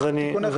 אז אני אשיב.